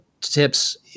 tips